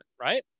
right